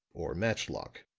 or match-lock.